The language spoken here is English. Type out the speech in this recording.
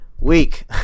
week